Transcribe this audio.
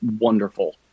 wonderful